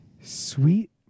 Sweet